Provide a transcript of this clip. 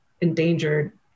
endangered